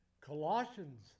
Colossians